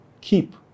keep